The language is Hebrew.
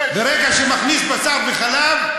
ברגע שמכניס בשר וחלב,